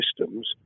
systems